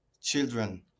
children